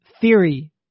theory